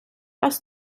als